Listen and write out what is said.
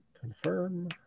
confirm